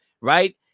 right